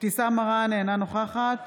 אינה נוכחת